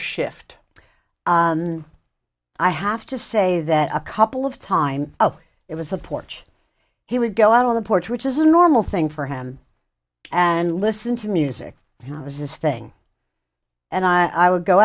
shift and i have to say that a couple of time oh it was the porch he would go out on the porch which is a normal thing for him and listen to music and i was his thing and i would go